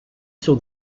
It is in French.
sur